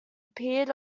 appeared